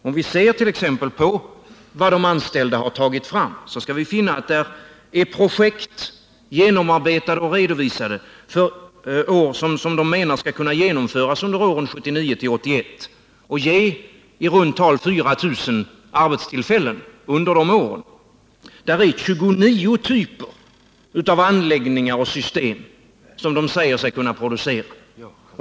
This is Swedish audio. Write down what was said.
Om vi ser t.ex. på vad de anställda tagit fram skall vi finna att där finns genomarbetade och redovisade projekt som de menar skall kunna genomföras under åren 1979-1981 och ge i runt tal 4 000 arbetstillfällen under dessa år. Det finns 29 typer av anläggningar och system som de säger sig kunna producera.